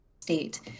state